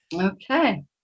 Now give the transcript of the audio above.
okay